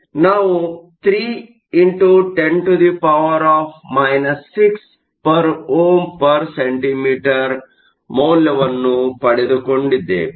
ನಾವು 3x10 6 Ω 1 cm 1 ಮೌಲ್ಯವನ್ನು ಪಡೆದುಕೊಂಡಿದ್ದೇವೆ